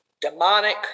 demonic